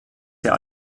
der